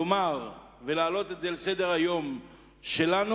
לומר ולהעלות את זה על סדר-היום שלנו,